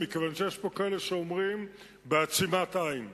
מכיוון שיש פה כאלה שאומרים בעצימת עין.